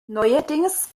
neuerdings